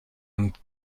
and